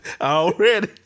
already